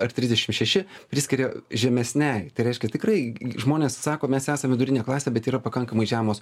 ar trisdešim šeši priskiria žemesnei tai reiškia tikrai žmonės sako mes esam vidurinė klasė bet yra pakankamai žemos